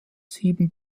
sieben